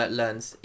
learns